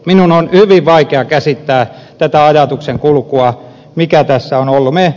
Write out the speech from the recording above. minun on hyvin vaikea käsittää tätä ajatuksenkulkua mikä tässä on ollut